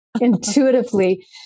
intuitively